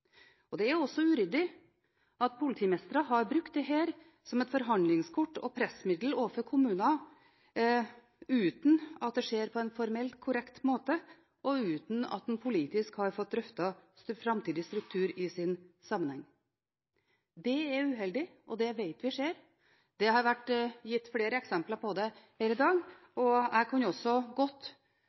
politianalysen. Det er også uryddig at politimestere har brukt dette som et forhandlingskort og pressmiddel overfor kommuner uten at det skjer på en formelt korrekt måte og uten at en politisk har fått drøftet framtidig struktur i sin sammenheng. Det er uheldig, og dette vet vi skjer. Det har vært gitt flere eksempler på det her i dag, og jeg kan også godt